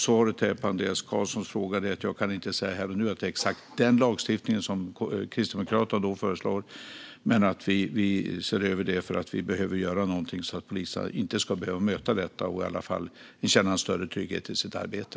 Svaret på Andreas Carlsons fråga är att jag här och nu inte kan säga att det blir exakt den lagstiftning som Kristdemokraterna har föreslagit, men vi ser över frågan eftersom poliserna inte ska behöva möta dessa situationer utan i stället känna en större trygghet i sitt arbete.